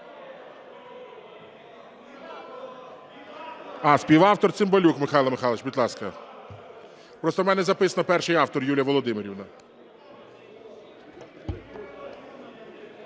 Співавтор – Цимбалюк Михайло Михайлович, будь ласка. Просто у мене записано перший автор – Юлія Володимирівна.